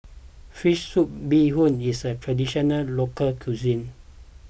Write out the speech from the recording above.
Fish Soup Bee Hoon is a Traditional Local Cuisine